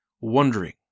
wondering